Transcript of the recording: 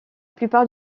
plupart